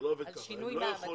על שינוי מעמדם.